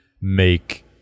make